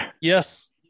Yes